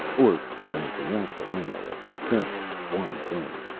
or from anything else that i know of except one thing.